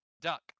Duck